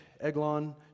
Eglon